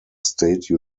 state